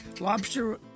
Lobster